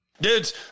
Dudes